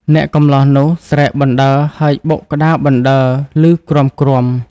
អ្នកកម្លោះនោះស្រែកបណ្ដើរហើយបុកក្តារបណ្ដើរឮគ្រាំៗ។